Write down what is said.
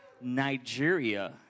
Nigeria